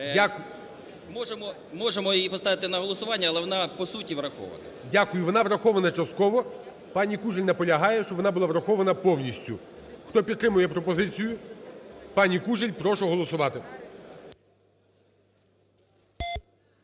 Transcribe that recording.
Можемо її поставити на голосування, але вона по суті врахована. ГОЛОВУЮЧИЙ. Дякую. Вона врахована частково. Пані Кужель наполягає, щоб вона була врахована повністю. Хто підтримує пропозицію пані Кужель, прошу голосувати.